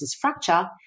fracture